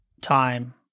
time